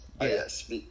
Yes